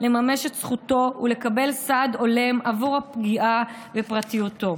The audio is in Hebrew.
לממש את זכותו ולקבל סעד הולם בעבור הפגיעה בפרטיותו.